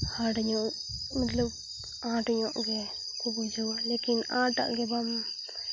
hard ᱧᱚᱜ ᱢᱚᱛᱞᱚᱵ hard ᱧᱚᱜ ᱜᱮᱠᱚ ᱵᱩᱡᱷᱟᱹᱣᱟ ᱞᱮᱠᱤᱱ ᱟᱸᱴ ᱟᱜ ᱜᱮ ᱵᱟᱢ